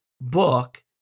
book